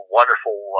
wonderful